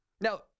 Now